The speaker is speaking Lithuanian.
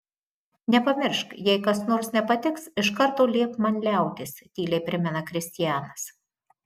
nepamiršk jei kas nors nepatiks iš karto liepk man liautis tyliai primena kristianas